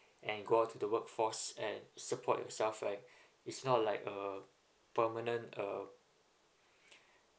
and go out to the workforce and support yourself right it's not like a permanent um